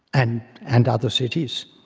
and and other cities,